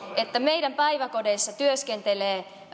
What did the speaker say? että meidän päiväkodeissamme työskentelee